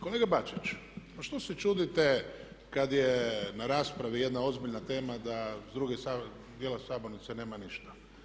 Kolega Bačić, pa što se čudite kad je na raspravi jedna ozbiljna tema da s druge strane djela sabornice nema ništa.